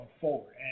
forward